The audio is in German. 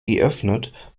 geöffnet